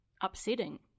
upsetting